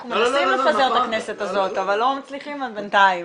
אנחנו מנסים לפזר את הכנסת הזאת אבל לא מצליחים בינתיים,